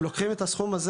אם לוקחים את הסכום הזה